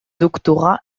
doctorat